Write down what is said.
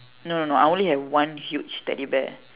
no no no I only have one huge teddy bear